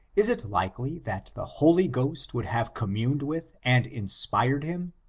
is it likely that the holy ghost would have communed with and inspired him,